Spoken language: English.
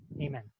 Amen